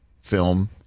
film